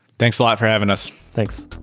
thanks a lot for having us. thanks.